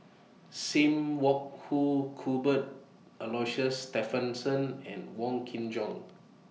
SIM Wong Hoo Cuthbert Aloysius Shepherdson and Wong Kin Jong